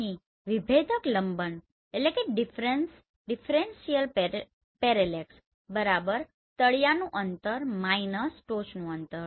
અહીં વિભેદક લંબન તળિયેનું અંતર - ટોચનું અંતર